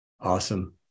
Awesome